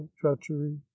treachery